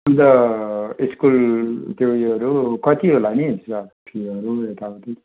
अन्त स्कुल त्यो उयोहरू कति होला नि सर फीहरू यताउति